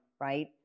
right